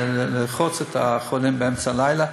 לרחוץ את החולים באמצע הלילה,